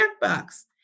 box